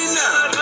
now